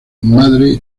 madre